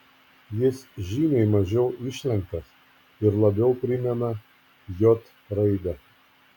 jis žymiai mažiau išlenktas ir labiau primena j raidę